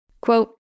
Quote